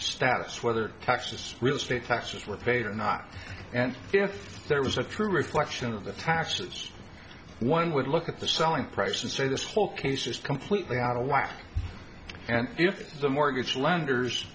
status whether taxes real estate taxes were paid or not and if there was a true reflection of the taxes one would look at the selling price and say this whole case is completely out of whack and if the mortgage lenders